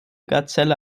gazelle